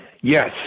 Yes